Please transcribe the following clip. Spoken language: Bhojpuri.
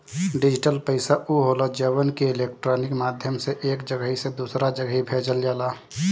डिजिटल पईसा उ होला जवन की इलेक्ट्रोनिक माध्यम से एक जगही से दूसरा जगही भेजल जाला